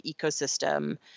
ecosystem